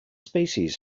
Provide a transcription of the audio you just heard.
species